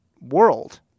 world